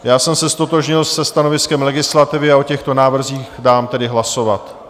Já jsem se ztotožnil se stanoviskem legislativy a o těchto návrzích dám tedy hlasovat.